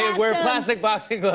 ah wear plastic boxing gloves.